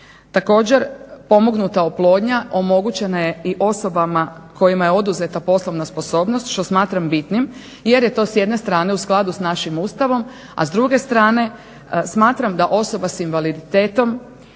Također pomognuta oplodnja omogućena je i osobama kojima je oduzeta poslovna sposobnost što smatram bitnim jer je to s jedne strane u skladu s našim Ustavom, a s druge strane smatram da osoba s invaliditetom